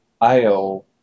IO